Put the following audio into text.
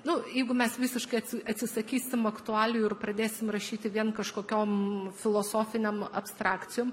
nu jeigu mes visiškai atsisakysim aktualijų ir pradėsim rašyti vien kažkokiom filosofiniam abstrakcijom